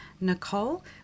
Nicole